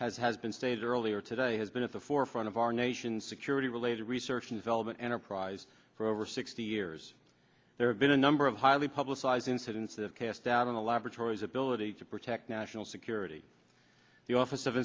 been as has been stated earlier today has been at the forefront of our nation's security related research and development enterprise for over sixty years there have been a number of highly publicized incidents of cast doubt on the laboratories ability to protect national security the office of